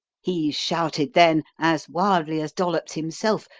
he shouted then as wildly as dollops himself,